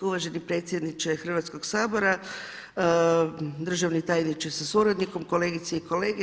Uvaženi predsjedniče Hrvatskog sabora, državni tajniče sa suradnikom, kolegice i kolege.